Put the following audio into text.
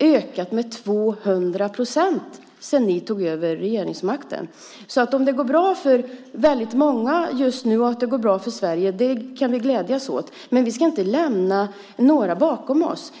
ökat med 200 procent sedan ni tog över regeringsmakten. Vi kan glädjas åt att det går bra för väldigt många och för Sverige, men vi ska inte lämna några bakom oss.